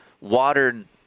watered